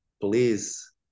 please